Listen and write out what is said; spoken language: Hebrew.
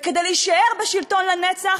וכדי להישאר בשלטון לנצח,